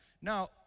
Now